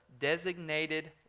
designated